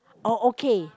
or okay